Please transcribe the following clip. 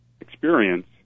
experience